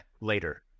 later